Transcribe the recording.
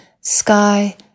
sky